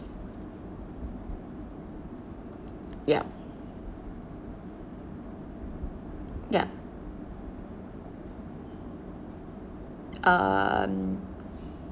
ya ya um